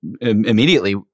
immediately